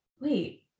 wait